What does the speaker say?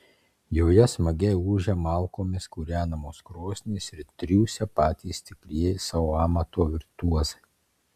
joje smagiai ūžia malkomis kūrenamos krosnys ir triūsia patys tikrieji savo amato virtuozai